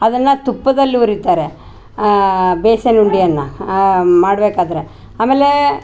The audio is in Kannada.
ಅದನ್ನ ತುಪ್ಪದಲ್ಲಿ ಹುರಿತಾರೆ ಬೇಸನ್ ಉಂಡೆಯನ್ನ ಮಾಡ್ಬೇಕಾದರೆ ಆಮೇಲೆ